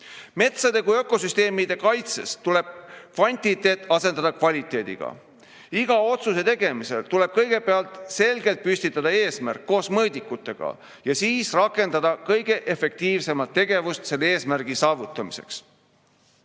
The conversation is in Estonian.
Metsade kui ökosüsteemide kaitseks tuleb kvantiteet asendada kvaliteediga. Iga otsuse tegemisel tuleb kõigepealt selgelt püstitada eesmärk koos mõõdikutega ja siis rakendada kõige efektiivsemat tegevust selle eesmärgi